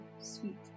sweet